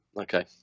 okay